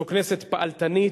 זו כנסת פעלתנית,